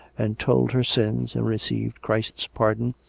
and told her sins, and received christ's pardon,